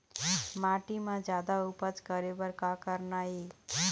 माटी म जादा उपज करे बर का करना ये?